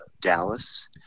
Dallas